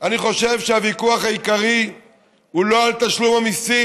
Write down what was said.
אני חושב שהוויכוח העיקרי הוא לא על תשלום המיסים.